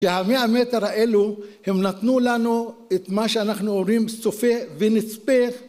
שהמאה המטר האלו הם נתנו לנו את מה שאנחנו אומרים צופה ונצפה